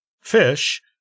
fish